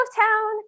town